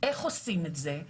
איך עושים את זה.